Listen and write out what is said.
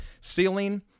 Ceiling